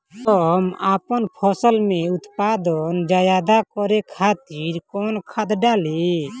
हम आपन फसल में उत्पादन ज्यदा करे खातिर कौन खाद डाली?